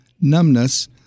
numbness